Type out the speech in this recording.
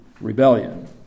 Rebellion